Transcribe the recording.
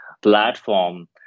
platform